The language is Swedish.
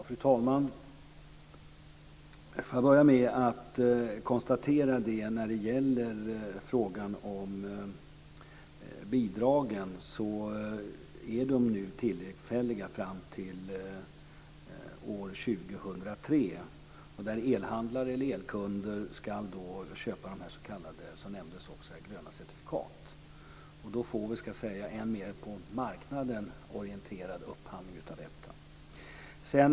Fru talman! Får jag börja med att konstatera i fråga om bidragen att de är tillfälliga fram till år 2003, då elhandlare eller elkunder ska börja köpa, som det nämndes, gröna certifikat. Då får vi en mer på marknaden orienterad upphandling av detta.